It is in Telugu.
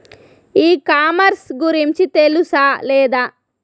ఈ కామర్స్ గురించి తెలుసా లేదా?